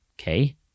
Okay